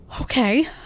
okay